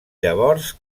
llavors